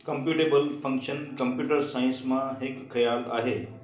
computable function computer science मां हिकु ख्यालु आहे